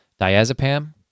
diazepam